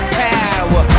power